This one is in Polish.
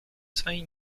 swej